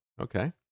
Okay